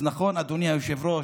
אז נכון, אדוני היושב-ראש,